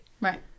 Right